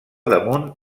damunt